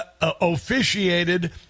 officiated